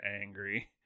angry